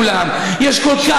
צריך להתחשב בהם.